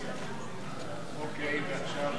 אוקיי, ועכשיו מה?